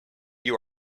you